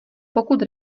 pokud